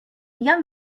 young